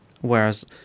whereas